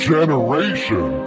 Generation